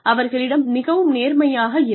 அவர்களிடம் மிகவும் நேர்மையாக இருங்கள்